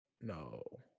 No